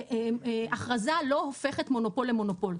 הכרזה לא הופכת מונופול למונופול.